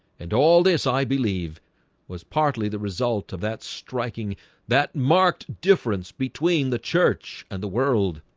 and all this i believe was partly the result of that striking that marked difference between the church and the world